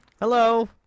Hello